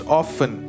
often